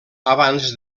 abans